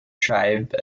tribe